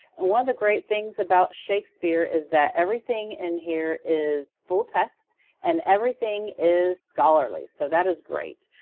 and one of the great things about shakespeare is that everything in here is full-text and everything is scholarly so that is great.